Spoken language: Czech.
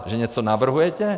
Že něco navrhujete?